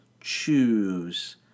choose